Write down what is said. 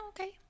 okay